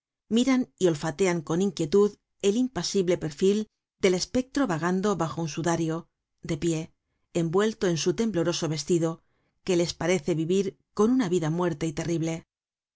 miran y olfatean con inquietud el impasible perfil del espectro vagando bajo un sudario de pie envuelto en su tembloroso vestido que les parece vivir con una vida muerta y terrible